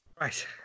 Right